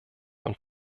und